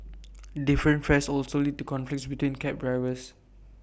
different fares also lead to conflicts between cab drivers